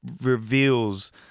reveals